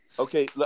Okay